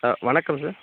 வணக்கம் சார்